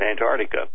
Antarctica